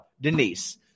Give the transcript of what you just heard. Denise